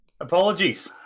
apologies